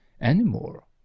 anymore